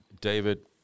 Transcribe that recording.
David